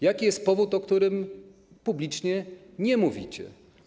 Jaki jest powód, o którym publicznie nie mówicie?